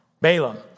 Balaam